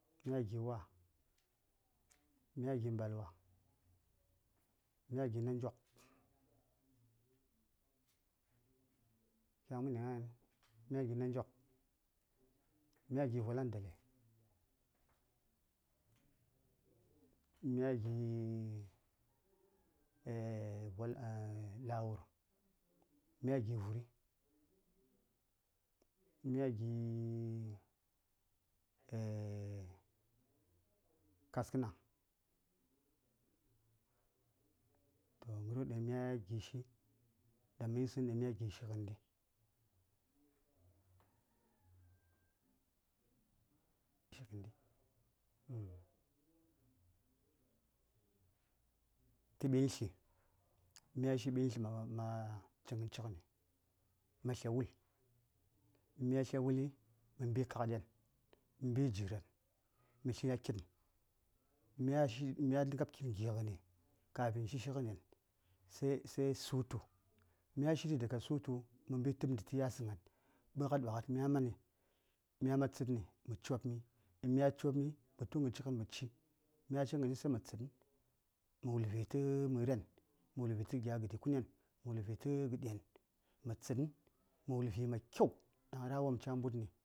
﻿Mya gi: wa, mya gi: mbalwa, mya gi: nandyok, kya wumghəni gna:n mya gi: Nandyok mya gi: Vwalaŋ dali, mya gi: Vwal lawur, mya gi: vuri, mya gi: kasna toh ghəryo ɗaŋ mya gi: shi ɗaŋ mə yisəŋ ɗaŋ mya gɨ shi ghənɗi, tə ɓintli mya shishi tə ɓintli ma ci ghəncighən mə tlya wul mya tlya wuli mə mbi kagɗen mya mbikagɗimə mbi gi:ran mə tli a kitn mya tli mya ngab kitn gi:ghən kafin shishighənen sai sai sutu mya shishiɗi daka sutu mə mbi təm ɗi tə yasənŋan doghat doghat mya man tsədni mə cobmi mya cobmi mə ci ghən cighəni mə tsədni mə wulvi tə məren mə wulvi tə gya gəɗi kunen mə wlvi tə gəɗen mə tsətn mə wul vi mai kyau dan ra: wopm ca mbutni